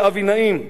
מאיר רובינשטיין,